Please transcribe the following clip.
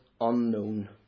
unknown